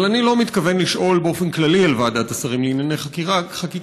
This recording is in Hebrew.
אבל אני לא מתכוון לשאול באופן כללי על ועדת השרים לענייני חקיקה,